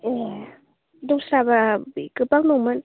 ए दस्राबा गोबां दंमोन